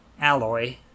alloy